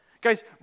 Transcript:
Guys